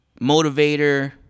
motivator